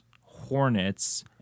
Hornets